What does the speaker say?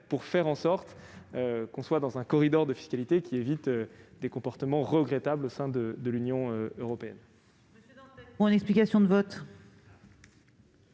pour contraindre les États à rester dans un corridor de fiscalité et éviter des comportements regrettables au sein de l'Union européenne.